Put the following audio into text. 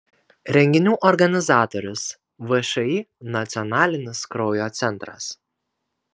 renginių organizatorius všį nacionalinis kraujo centras